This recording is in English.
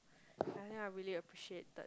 I think I really appreciated